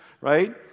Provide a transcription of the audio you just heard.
right